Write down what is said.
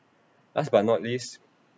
last but not least